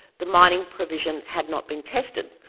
the mining provisions had not been tested.